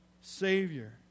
Savior